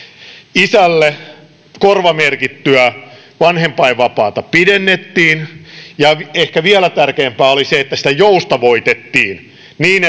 isälle korvamerkittyä vanhempainvapaata pidennettiin ja ehkä vielä tärkeämpää oli se että sitä joustavoitettiin niin